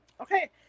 Okay